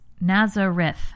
Nazareth